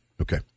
Okay